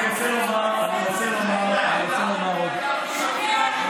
אני רוצה לסיים את דבריי,